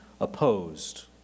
opposed